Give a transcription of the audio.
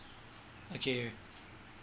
okay